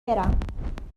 برم